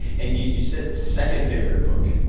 and you you said second-favorite book.